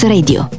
Radio